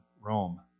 Rome